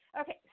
Okay